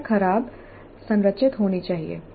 समस्या खराब संरचित होनी चाहिए